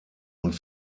und